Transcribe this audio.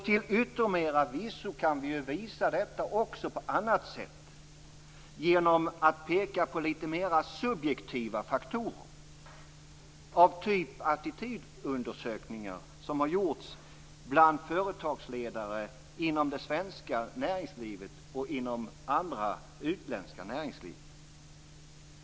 Till yttermera visso kan vi visa detta också på annat sätt genom att peka på litet mer subjektiva faktorer av typen attitydundersökningar som har gjorts bland företagsledare inom det svenska näringslivet och inom andra utländska näringsliv.